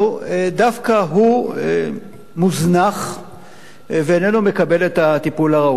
דווקא הוא מוזנח ואיננו מקבל את הטיפול הראוי.